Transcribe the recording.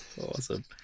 Awesome